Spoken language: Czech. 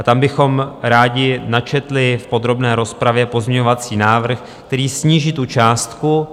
Tam bychom rádi načetli v podrobné rozpravě pozměňovací návrh, který sníží tu částku.